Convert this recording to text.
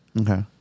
okay